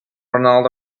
ronaldo